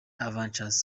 avalanche